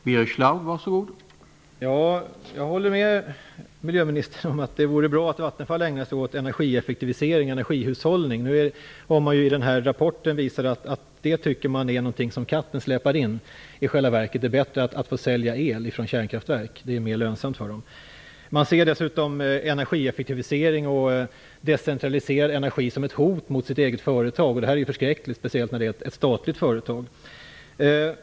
Herr talman! Jag håller med miljöministern om att det vore bra om Vattenfall ägnade sig åt energieffektivisering och energihushållning. Nu har man visat i den här rapporten att man tycker att det är som någonting som katten släpar in. I själva verket är det bättre att få sälja el från kärnkraftverk. Det är mer lönsamt för Vattenfall. Man ser dessutom energieffektivisering och decentraliserad energi som ett hot mot det egna företaget. Det är förskräckligt, speciellt när det gäller ett statligt företag.